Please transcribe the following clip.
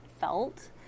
felt